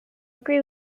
agree